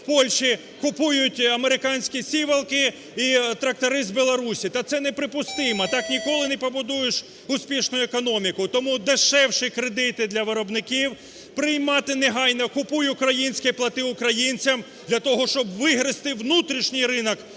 у Польщі? купують американські сівалки і трактори з Білорусі. Та це неприпустимо, так ніколи не побудуєш успішну економіку. Тому дешевші кредити для виробників. Приймати негайно "Купуй українське, плати українцям", для того щоб вигризти внутрішній ринок